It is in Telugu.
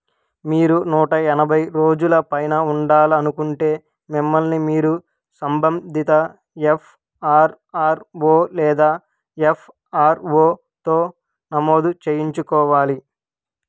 మీరు నూట ఎనభై రోజులపైన ఉండాలనుకుంటే మిమ్మల్ని మీరు సంబంధిత ఎఫ్ ఆర్ ఆర్ ఓ లేదా ఎఫ్ ఆర్ ఓతో నమోదు చేయించుకోవాలి